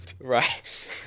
Right